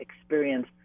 experience